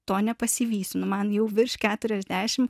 to nepasivysiu nu man jau virš keturiasdešim